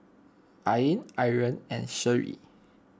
Ain Aryan and Seri